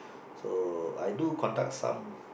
so I do conduct some